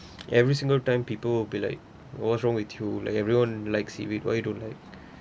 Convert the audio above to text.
every single time people will be like what's wrong with you like everyone like seaweed why you don't like